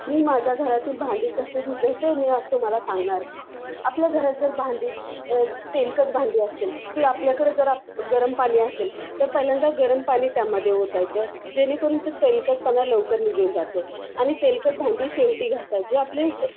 मी माझ्या घरातील भांडी कशी धुते ते मी आज तुम्हाला सांगणार आहे आपल्या घरात जर भांडी तेलकट भांडी असतील ती आपल्याकडं जर गरम पाणी असेल तर पहिल्यांदा गरम पाणी त्यामध्ये ओतायचं जेणेकरून तो तेलकटपणा लवकर निघून जातो आणि तेलकट भांडी शेवटी घासा जे आपली सो